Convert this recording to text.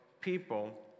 people